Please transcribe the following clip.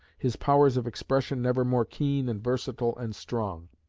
his powers of expression never more keen and versatile and strong.